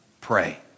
pray